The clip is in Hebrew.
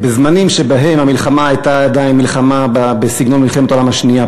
בזמנים שבהם המלחמה הייתה עדיין מלחמה בסגנון מלחמת העולם השנייה,